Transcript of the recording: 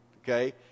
Okay